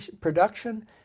production